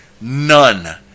None